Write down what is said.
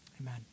Amen